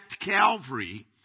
Calvary